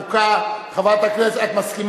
חוק המחשבים (תיקון,